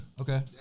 Okay